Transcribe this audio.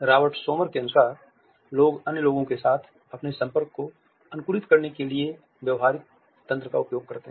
Robert Sommer के अनुसार लोग अन्य लोगों के साथ अपने संपर्क को अनुकूलित करने के लिए व्यवहार तंत्र का उपयोग करते हैं